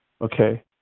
okay